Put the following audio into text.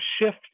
shift